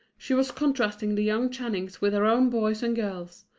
she was contrasting the young channings with her own boys and girls,